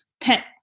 pet